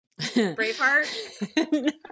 Braveheart